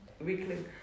Weekly